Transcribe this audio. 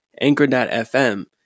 Anchor.fm